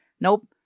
Nope